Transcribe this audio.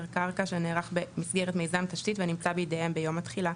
קרקע שנערך במסגרת מיזם תשתית והנמצא בידיהם ביום התחילה,